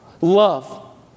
Love